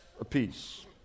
apiece